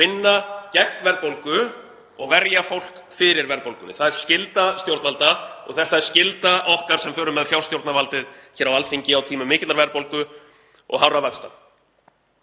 vinna gegn verðbólgu og verja fólk fyrir verðbólgunni. Það er skylda stjórnvalda og það er skylda okkar sem förum með fjárstjórnarvaldið hér á Alþingi á tímum mikillar verðbólgu og hárra vaxta.